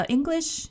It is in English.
English